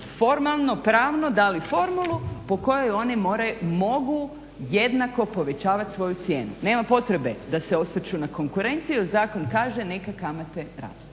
formalno-pravno dali formulu po kojoj oni mogu jednako povećavati svoju cijenu. Nema potrebe da se osvrću na konkurenciju, jer zakon kaže neka kamate rastu,